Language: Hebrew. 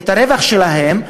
את הרווח שלהם,